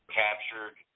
captured